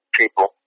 people